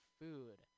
food